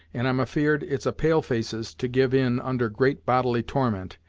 and i'm afeard it's a pale-face's to give in under great bodily torment,